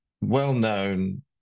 well-known